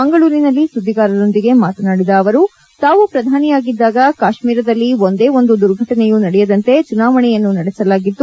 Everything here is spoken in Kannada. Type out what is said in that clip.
ಮಂಗಳೂರಿನಲ್ಲಿ ಸುದ್ದಿಗಾರರೊಂದಿಗೆ ಮಾತನಾಡಿದ ಅವರು ತಾವು ಪ್ರಧಾನಿಯಾಗಿದ್ದಾಗ ಕಾಶ್ಮೀರದಲ್ಲಿ ಒಂದೇ ಒಂದು ದುರ್ಘಟನೆಯೂ ನಡೆಯದಂತೆ ಚುನಾವಣೆಯನ್ನು ನಡೆಸಲಾಗಿತ್ತು